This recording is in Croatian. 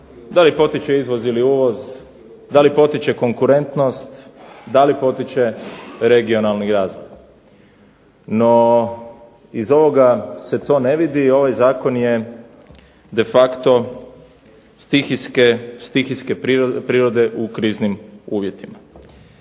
da li potiče izvoz ili uvoz, da li potiče konkurentnost, da li potiče regionalni razvoj? NO, iz ovoga se to ne vidi, ovaj Zakon je de facto stihijske prirode u kriznim uvjetima.